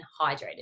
hydrated